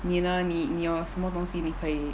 你呢你你有什么东西你可以 yi